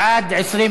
בעד,